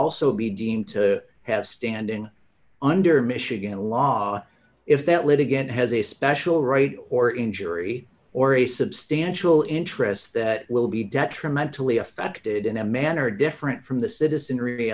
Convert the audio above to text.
also be deemed to have standing under michigan law if that were to get has a special right or injury or a substantial interests that will be detrimental a affected in a manner different from the citizenry